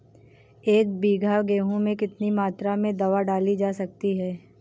एक बीघा गेहूँ में कितनी मात्रा में दवा डाली जा सकती है?